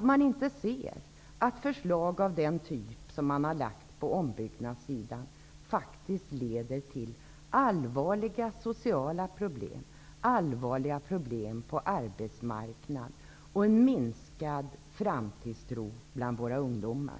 Man ser inte att förslag av den typ som man har lagt fram beträffande ombyggnader faktiskt leder till allvarliga sociala problem, allvarliga problem på arbetsmarknaden och en minskad framtidstro bland våra ungdomar.